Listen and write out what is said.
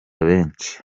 benshi